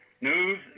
news